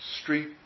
street